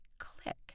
click